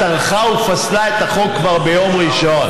ועדת השרים לחקיקה טרחה ופסלה את החוק כבר ביום ראשון,